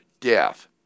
death